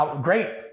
great